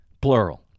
plural